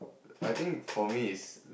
I think for me is